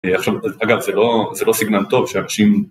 עכשיו, אגב, זה לא סגנן טוב שאנשים...